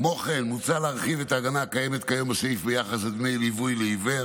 כמו כן מוצע להרחיב את ההגנה הקיימת כיום בסעיף ביחס לדמי ליווי לעיוור